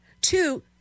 Two